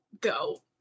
go